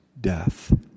Death